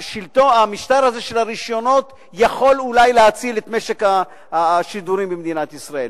המשטר הזה של הרשיונות יכול להציל את משק השידורים במדינת ישראל.